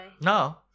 No